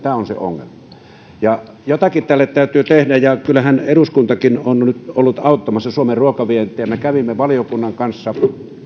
tämä on se ongelma jotakin tälle täytyy tehdä kyllähän eduskuntakin on nyt ollut auttamassa suomen ruokavientiä me kävimme valiokunnan kanssa